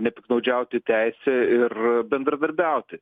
nepiktnaudžiauti teise ir bendradarbiauti